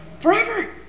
Forever